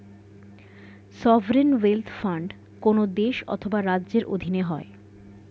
sovereign wealth fund কোন দেশ অথবা রাজ্যের অধীনে হয়